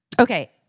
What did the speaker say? okay